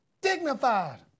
Dignified